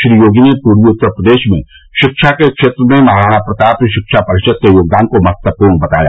श्री योगी ने पूर्वी उत्तर प्रदेश में शिक्षा के क्षेत्र में महाराणा प्रताप शिक्षा परिषद के योगदान को महत्वपूर्ण बताया